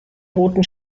roten